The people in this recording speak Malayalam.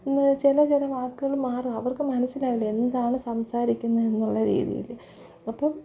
എന്നുവെച്ചാൽ ചില വാക്കുകൾ മാറും അവർക്ക് മനസ്സിലാവില്ല എന്താണ് സംസാരിക്കുന്നത് എന്നുള്ള രീതിയിൽ അപ്പം